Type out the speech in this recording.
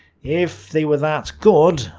if they were that good,